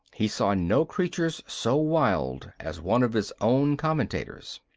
he saw no creature so wild as one of his own commentators.